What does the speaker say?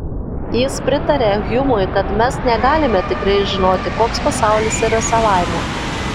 jis pritaria hjumui kad mes negalime tikrai žinoti koks pasaulis yra savaime